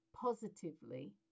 positively